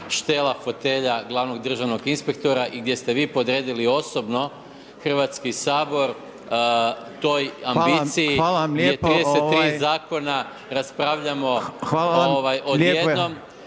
štela fotelja glavnog državnog inspektora i gdje ste vi podredili osobno Hrvatski sabor toj ambiciji, … **Reiner, Željko (HDZ)** Hvala vam lijepo,